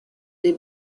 des